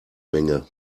menge